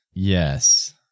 Yes